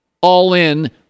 all-in